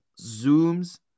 zooms